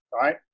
right